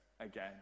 again